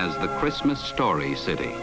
as the christmas story city